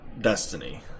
destiny